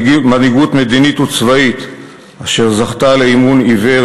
מנהיגות מדינית וצבאית אשר זכתה לאמון עיוור